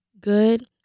good